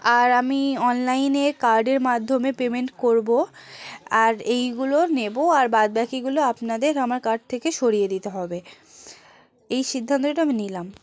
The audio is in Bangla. আর আমি অনলাইনে কার্ডের মাধ্যমে পেমেন্ট করবো আর এইগুলো নেবো আর বাদ বাকিগুলো আপনাদের আমার কার্ট থেকে সরিয়ে দিতে হবে এই সিদ্ধান্তটা আমি নিলাম